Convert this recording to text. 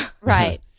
Right